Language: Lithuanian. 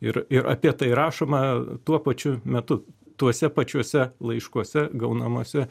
ir ir apie tai rašoma tuo pačiu metu tuose pačiuose laiškuose gaunamuose